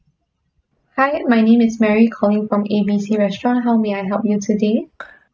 hi my name is mary calling from A_B_C restaurant how may I help you today